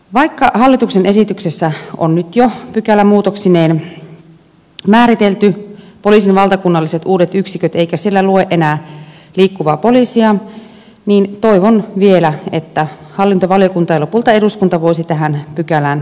vaikka hallituksen esityksessä on nyt jo pykälämuutoksineen määritelty poliisin valtakunnalliset uudet yksiköt eikä siellä lue enää liikkuvaa poliisia niin toivon vielä että hallintovaliokunta ja lopulta eduskunta voisi tähän pykälään muutoksen tehdä